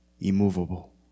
immovable